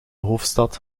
hoofdstad